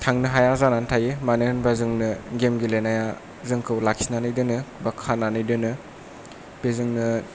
थांनो हाया जानानै थायो मानो होनोब्ला जोंनो जों गेम गेलेनाया जोंखौ लाखिनानै दोनो एबा खानानै दोनो बेजोंनो